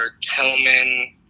Tillman